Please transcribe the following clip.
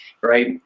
right